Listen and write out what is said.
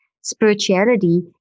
Spirituality